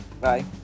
Bye